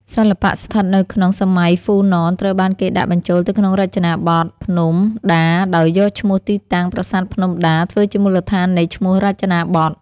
សិល្បៈស្ថិតនៅក្នុង សម័យហ៊្វូណនត្រូវបានគេដាក់បញ្ចូលទៅក្នុងចេនាបថភ្នំដាដោយយកឈ្មោះទីតាំង ប្រាសាទភ្នំដាធ្វើជាមូលដ្ឋាននៃឈ្មោះរចនាបថ។